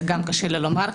זה גם קשה לי לומר,